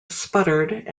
sputtered